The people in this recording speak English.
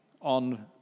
on